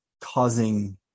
causing